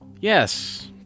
Yes